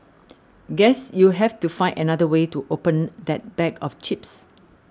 guess you have to find another way to open that bag of chips